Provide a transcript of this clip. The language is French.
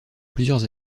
plusieurs